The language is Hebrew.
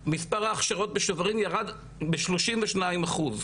מספר ההכשרות בשוברים ירד בשלושים ושניים אחוז,